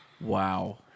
Wow